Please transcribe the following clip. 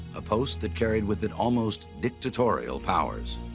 a post that carried with it almost dictatorial powers.